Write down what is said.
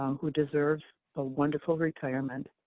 um who deserves a wonderful retirement.